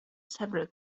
several